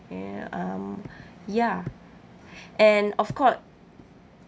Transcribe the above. ya um ya and of course